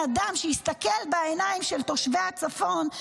אדם שיסתכל בעיניים של תושבי הצפון,